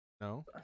No